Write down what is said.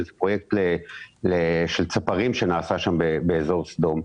פרויקט של צפרים שנעשה באזור סדום,